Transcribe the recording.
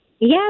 Yes